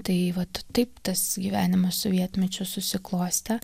tai vat taip tas gyvenimas sovietmečiu susiklostė